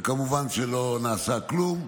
וכמובן שלא נעשה כלום.